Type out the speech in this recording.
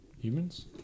humans